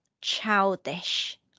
childish